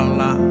la